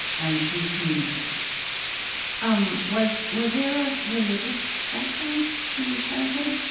and she communicated it um was was there a religious background to your childhood?